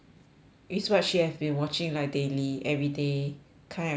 it's what she have been watching like daily everyday kind of thing